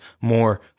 more